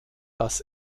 dass